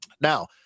now